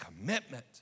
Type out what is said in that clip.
commitment